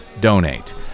donate